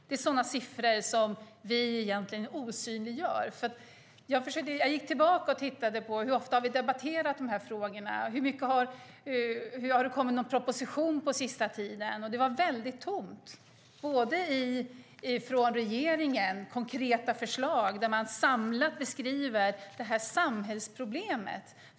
Det är siffror som vi egentligen osynliggör. Jag gick tillbaka och tittade på hur ofta vi har debatterat de här frågorna och om det har kommit någon proposition på sista tiden. Det var väldigt tomt när det gäller konkreta förslag från regeringen där man samlat beskriver det här samhällsproblemet.